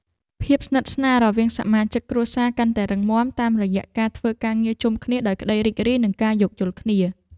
ភាពស្និទ្ធស្នាលរវាងសមាជិកគ្រួសារកាន់តែរឹងមាំតាមរយៈការធ្វើការងារជុំគ្នាដោយក្ដីរីករាយនិងការយោគយល់គ្នា។